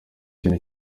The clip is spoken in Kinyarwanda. kintu